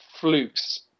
flukes